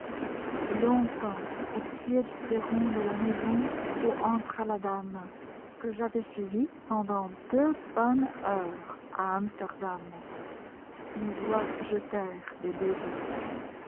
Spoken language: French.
longtemps au pied du perron de la maison où entra la dame que j'avais suivie pendant deux bonnes heures à amsterdam mes doigts jetèrent des baisers